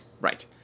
Right